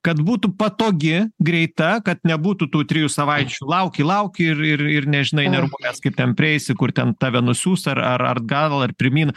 kad būtų patogi greita kad nebūtų tų trijų savaičių lauki lauki ir ir ir nežinai nervuojies kaip ten prieisi kur ten tave nusiųs ar ar atgal ar pirmyn